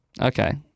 Okay